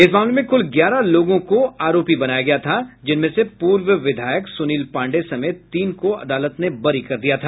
इस मामले में कुल ग्यारह लोगों को आरोपी बनाया गया था जिनमें से पूर्व विधायक सुनील पांडेय समेत तीन को अदालत ने वरी कर दिया था